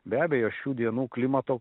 be abejo šių dienų klimato